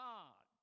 God